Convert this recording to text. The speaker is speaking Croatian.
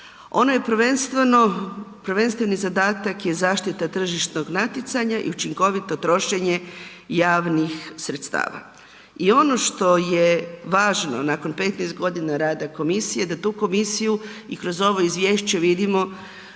prvenstveni zadatak je zaštita tržišnog natjecanja i učinkovito trošenje javnih sredstava i ono što je važno nakon 15 g. rada komisije, da tu komisiju i kroz ovo izvješće vidimo